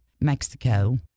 Mexico